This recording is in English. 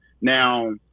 Now